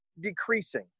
decreasing